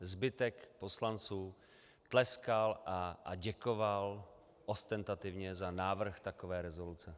Zbytek poslanců tleskal a děkoval ostentativně za návrh takové rezoluce.